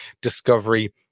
Discovery